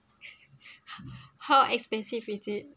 how expensive is it